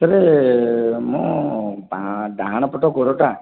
sir ମୋ ବାଁ ଡାହାଣ ପଟ ଗୋଡ଼ଟା